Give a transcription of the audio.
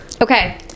Okay